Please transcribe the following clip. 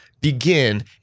begin